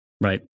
Right